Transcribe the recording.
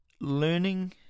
Learning